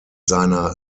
seiner